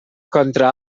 contra